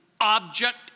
object